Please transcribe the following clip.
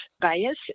bias